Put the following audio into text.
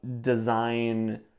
design